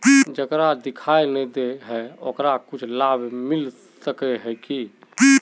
जेकरा दिखाय नय दे है ओकरा कुछ लाभ मिलबे सके है की?